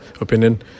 opinion